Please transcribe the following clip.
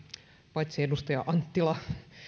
paitsi edustaja anttila